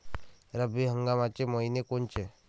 रब्बी हंगामाचे मइने कोनचे?